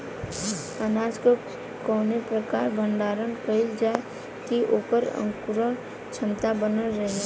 अनाज क कवने प्रकार भण्डारण कइल जाय कि वोकर अंकुरण क्षमता बनल रहे?